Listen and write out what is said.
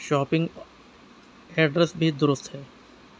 shopping address بھی درست ہے